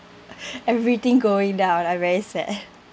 everything going down I very sad eh